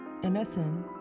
MSN